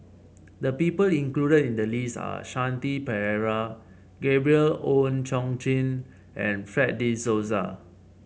the people included in the list are Shanti Pereira Gabriel Oon Chong Jin and Fred De Souza